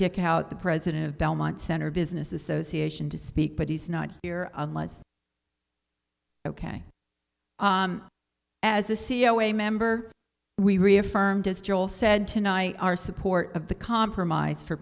dick out the president of belmont center business association to speak but he's not here unless ok as a c e o a member we reaffirmed as joel said tonight our support of the compromise for